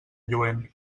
lluent